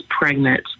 pregnant